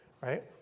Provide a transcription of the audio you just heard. right